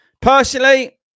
Personally